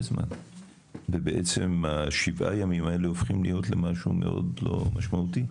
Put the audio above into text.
זמן ובעצם שבעת הימים האלה הופכים למשהו מאוד לא משמעותי.